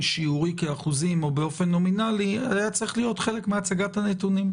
שיורי כאחוזים או באופן נומינלי היה צריך להיות חלק מהצגת הנתונים.